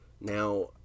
Now